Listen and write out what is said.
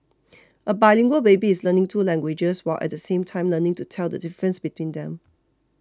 a bilingual baby is learning two languages while at the same time learning to tell the difference between them